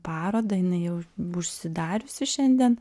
parodą jinai jau užsidariusi šiandien